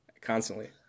Constantly